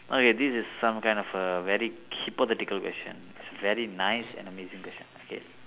okay this is some kind of a very hypothetical question it's very nice and amazing question okay